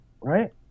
right